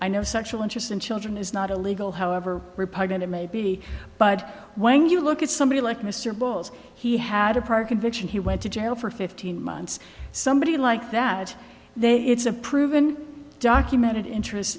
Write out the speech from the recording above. i know sexual interest in children is not illegal however repugnant it may be but when you look at somebody like mr bowles he had a park conviction he went to jail for fifteen months somebody like that they it's a proven documented interest